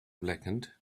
blackened